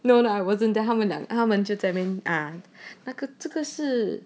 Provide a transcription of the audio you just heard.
no lah I wasn't there 他们两他们就在那边那个这个是